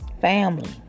family